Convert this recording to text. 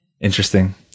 Interesting